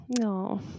No